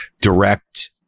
direct